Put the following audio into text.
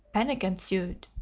panic ensued.